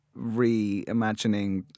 reimagining